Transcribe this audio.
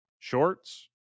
Shorts